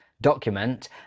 document